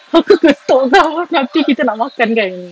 aku ketuk kau